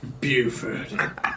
Buford